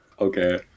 okay